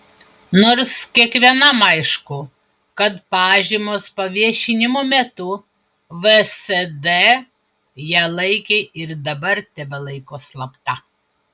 nors kiekvienam aišku kad pažymos paviešinimo metu vsd ją laikė ir dabar tebelaiko slapta